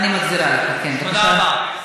תודה רבה.